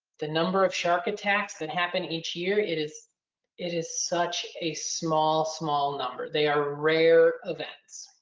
the number of shark attacks that happen each year, it is it is such a small, small number. they are rare events.